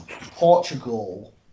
Portugal